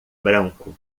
branco